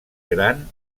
gran